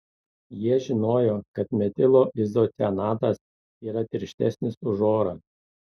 jie žinojo kad metilo izocianatas yra tirštesnis už orą